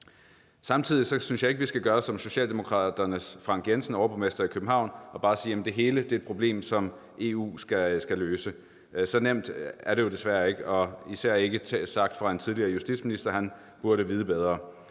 Samtidig synes jeg ikke, at vi skal gøre som Socialdemokraternes Frank Jensen, overborgmester i København, og bare sige, at det hele er et problem, som EU skal løse. Så nemt er det jo desværre ikke – og især ikke sagt af en tidligere justitsminister. Han burde vide bedre.